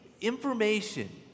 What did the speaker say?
information